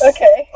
Okay